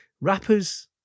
rappers